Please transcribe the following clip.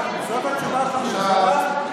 זאת התשובה של הממשלה?